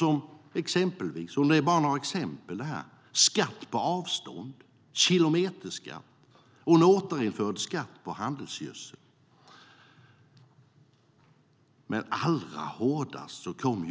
Jag kan bara ta några exempel, skatt på avstånd, kilometerskatt, och en återinförd skatt på handelsgödsel.